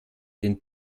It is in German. den